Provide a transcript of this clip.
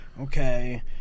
okay